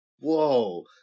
Whoa